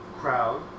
crowd